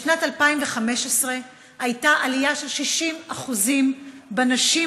בשנת 2015 הייתה עלייה של 60% במספר הנשים